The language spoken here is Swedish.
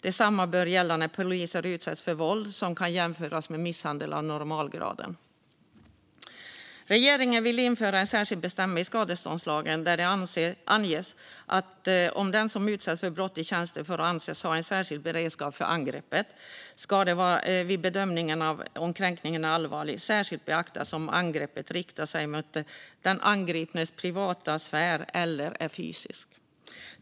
Detsamma bör gälla när poliser utsätts för våld som kan jämföras med misshandel av normalgraden. Regeringen vill införa en särskild bestämmelse i skadeståndslagen där det anges att om den som utsätts för brott i tjänsten får anses ha en särskild beredskap för angreppet ska det vid bedömningen av om kränkningen är allvarlig särskilt beaktas om angreppet riktar sig mot den angripnes privata sfär eller är fysiskt.